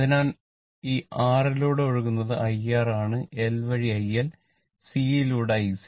അതിനാൽ ഈ R യിലൂടെ ഒഴുകുന്നത് IR ആണ് L വാഴി IL C യിലൂടെ IC